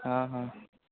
हँ हँ